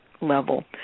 level